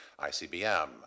ICBM